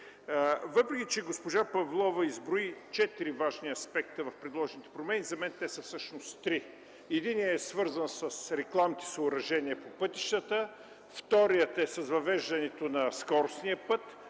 четене. Госпожа Павлова изброи четири важни аспекта в предложените промени, за мен те са всъщност три. Единият е свързан с рекламните съоръжения по пътищата, вторият – с въвеждането на скоростния път,